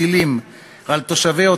טילים נוחתים על אזרחי ישראל